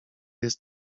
jest